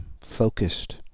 focused